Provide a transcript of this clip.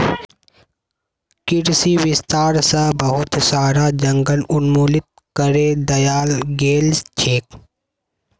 कृषि विस्तार स बहुत सारा जंगल उन्मूलित करे दयाल गेल छेक